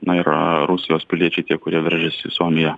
na ir a rusijos piliečiai tie kurie veržias į suomiją